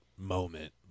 moment